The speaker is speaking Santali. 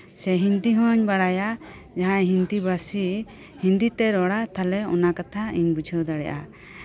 ᱥᱮ ᱦᱤᱱᱫᱤ ᱦᱩᱧ ᱵᱟᱲᱟᱭᱟ ᱡᱟᱦᱟᱸᱭ ᱦᱤᱱᱫᱤ ᱵᱷᱟᱥᱤ ᱦᱤᱱᱫᱤ ᱛᱮ ᱨᱚᱲᱟᱭ ᱛᱟᱦᱚᱞᱮ ᱚᱱᱟ ᱠᱟᱛᱷᱟ ᱤᱧ ᱵᱩᱡᱷᱟᱹ ᱫᱟᱲᱮᱭᱟᱜᱼᱟ